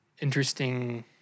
interesting